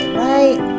right